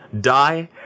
die